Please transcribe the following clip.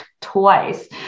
twice